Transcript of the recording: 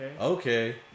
Okay